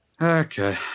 Okay